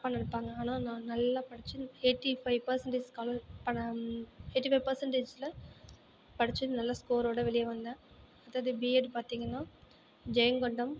தப்பாக நினப்பாங்க ஆனால் நான் நல்லா படித்து எயிட்டி ஃபைவ் பர்சன்டேஜ் ஸ்காலர் பணம் எயிட்டி ஃபைவ் பர்சன்டேஜில் படித்து நல்ல ஸ்கோரோடு வெளியே வந்தேன் அதாவது பிஎட் பார்த்திங்கன்னா ஜெயங்கொண்டம்